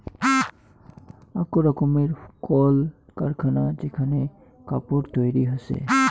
আক রকমের কল কারখানা যেখানে কাপড় তৈরী হসে